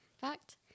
fact